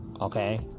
okay